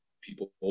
people